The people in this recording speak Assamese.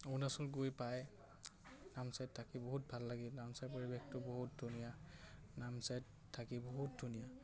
অৰুণাচল গৈ পায় নামচাইত থাকি বহুত ভাল লাগে নামচাই পৰিৱেশটো বহুত ধুনীয়া নামচাইত থাকি বহুত ধুনীয়া